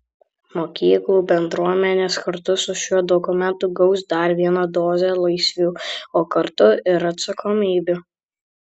mokyklų bendruomenės kartu su šiuo dokumentu gaus dar vieną dozę laisvių o kartu ir atsakomybių